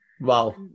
Wow